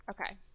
okay